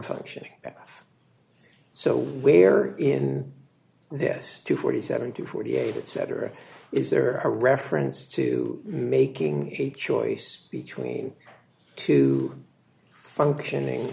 functioning so where in this two forty seven to forty eight etc is there a reference to making a choice between two functioning